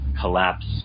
collapse